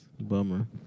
Bummer